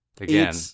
again